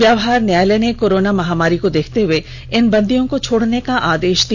व्यवहार न्यायालय ने कोरोना महामारी को देखते हुए इन बंदियों को छोड़ने का आदेष दिया